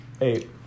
Eight